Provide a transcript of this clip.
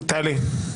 טלי.